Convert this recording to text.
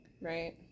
Right